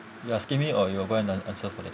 you asking me or you are going to ans~ answer for that